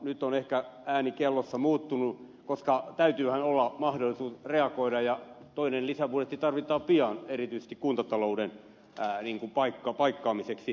nyt on ehkä ääni kellossa muuttunut koska täytyyhän olla mahdollisuus reagoida ja toinen lisäbudjetti tarvitaan pian erityisesti kuntatalouden paikkaamiseksi